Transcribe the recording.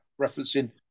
referencing